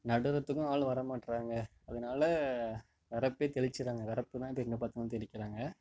நடுகிறத்துக்கும் ஆள் வரமாற்றேங்க அதனால் வரப்பே தெளிச்சுறாங்க வரப்புதான் வந்து அது எங்கே பார்த்தாலும் தெளிக்கிறாங்க